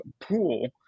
Pool